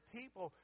people